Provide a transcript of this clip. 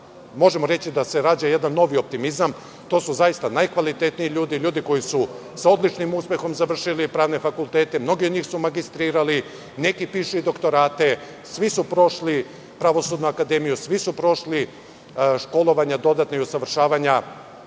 možemo reći da se rađa jedan novi optimizam. To su zaista, najkvalitetniji ljudi, ljudi koji su sa odličnim uspehom završili pravne fakultete, mnogi od njih su magistrirali. Neki pišu i doktorate. Svi su prošli Pravosudnu akademiju, svi su prošli dodatna školovanja i usavršavanja